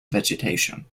vegetation